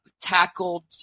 tackled